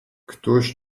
któż